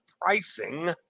pricing